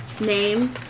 name